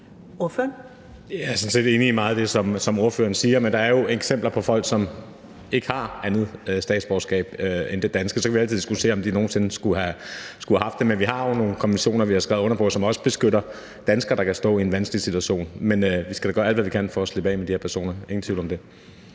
Jeg er sådan set enig i meget af det, som spørgeren siger, men der er jo eksempler på folk, som ikke har andet statsborgerskab end det danske. Så kan vi altid diskutere, om de nogen sinde skulle have haft det, men der er jo nogle konventioner, vi har skrevet under på, og som også beskytter danskere, der kan stå i en vanskelig situation. Men vi skal da gøre alt, hvad vi kan, for at slippe af med de her personer, ingen tvivl om det.